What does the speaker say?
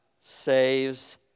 saves